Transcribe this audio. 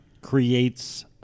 creates –